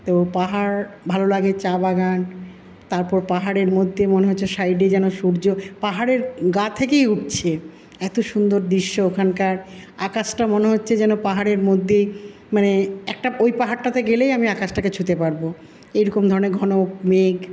তো পাহাড় ভালো লাগে চা বাগান তারপর পাহাড়ের মধ্যে মনে হচ্ছে সাইডে যেন সূর্য পাহাড়ের গা থেকেই উঠছে এত সুন্দর দৃশ্য ওখানকার আকাশটা মনে হচ্ছে যেন পাহাড়ের মধ্যেই মানে একটা ওই পাহাড়টাতে গেলেই আমি আকাশটাকে ছুঁতে পারবো এইরকম ধরণের ঘন মেঘ